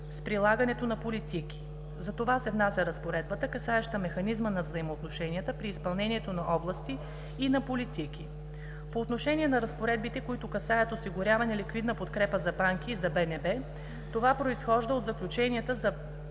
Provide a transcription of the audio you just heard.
с прилагането на политики, затова се внася разпоредбата, касаеща механизма на взаимоотношенията при изпълнението на области и на политики. По отношение на разпоредбите, които касаят осигуряване ликвидна подкрепа за банки и за БНБ. Това произхожда от заключенията от